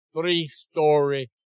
three-story